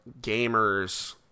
gamers